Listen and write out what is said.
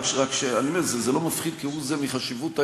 אני אומר שזה לא מפחית כהוא זה מחשיבות העניין,